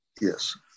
Yes